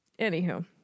Anywho